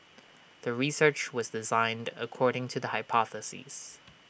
the research was designed according to the hypothesis